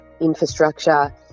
infrastructure